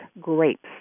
grapes